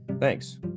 Thanks